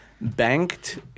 banked